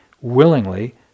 willingly